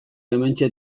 hementxe